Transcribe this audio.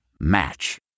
Match